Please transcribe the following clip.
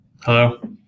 Hello